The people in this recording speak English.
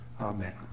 Amen